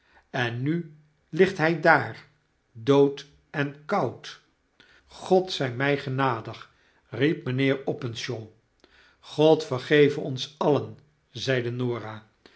en nu ligt hy daar dood en koud god zij my genadig riep mynheer openshaw god vergeve ons alien zeide